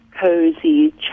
cozy